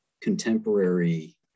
contemporary